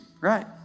right